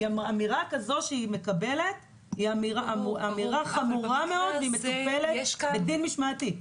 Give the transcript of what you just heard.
אמירה כזאת שהיא מקבלת היא אמירה חמורה מאוד והיא מטופלת בדין משמעתי.